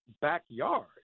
backyard